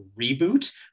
Reboot